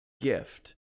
gift